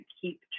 keep